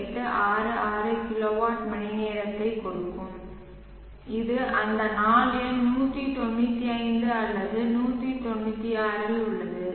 5866 kilowatt மணிநேரத்தைக் கொடுக்கும் இது அந்த நாள் எண் 195 அல்லது 196 இல் உள்ளது